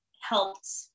helped